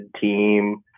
team